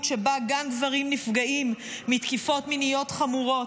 שבה גם גברים נפגעים מתקיפות מיניות חמורות,